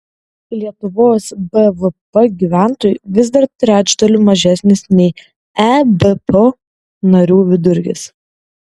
lietuvos bvp gyventojui vis dar trečdaliu mažesnis nei ebpo narių vidurkis